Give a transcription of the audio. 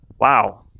Wow